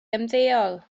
ymddeol